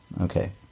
Okay